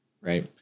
right